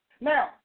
Now